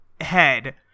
head